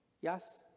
Yes